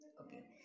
Okay